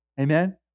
Amen